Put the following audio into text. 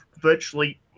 virtually